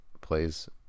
Plays